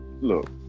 Look